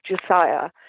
Josiah